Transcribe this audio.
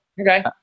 Okay